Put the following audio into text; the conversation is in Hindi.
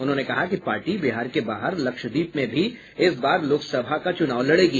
उन्होंने कहा कि पार्टी बिहार के बाहर लक्षद्वीप में भी इस बार लोकसभा का चुनाव लड़ेगी